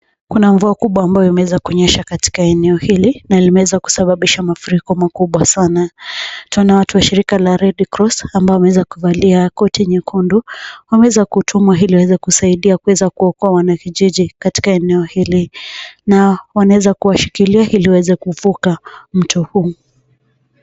Kuna mvua kubwa ambayo imeweza kunyesha katika eneo hili na imeweza kusababisha mafuriko makubwa sana. Twaona watu wa Shirika la Red Cross ambao wameweza kuvalia koti nyekundu. Wameweza kutumwa ili waweze kusaidia kuweza kuokoa wanakijiji katika eneo hili. Na wanaweza kuwashikilia ili waweze kuvuka mto huu.